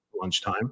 lunchtime